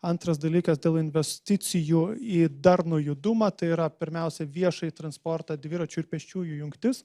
antras dalykas dėl investicijų į darnų judumą tai yra pirmiausia viešąjį transportą dviračių ir pėsčiųjų jungtis